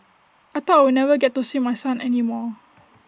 I thought I would never get to see my son any more